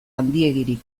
handiegirik